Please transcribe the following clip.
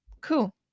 Cool